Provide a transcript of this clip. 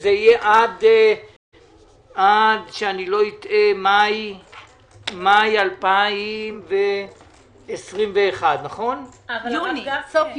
שזה יהיה עד מאי 2021. סוף יוני.